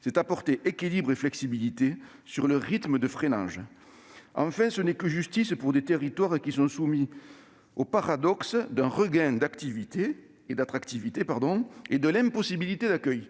C'est apporter de l'équilibre et de la flexibilité au rythme de freinage. Enfin, ce n'est que justice pour des territoires qui sont confrontés à un paradoxe : un regain d'attractivité et une impossibilité d'accueil.